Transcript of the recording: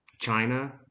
China